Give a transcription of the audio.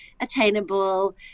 attainable